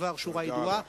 כדבר שורה ידועה.